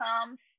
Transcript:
comes